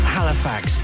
Halifax